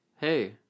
Hey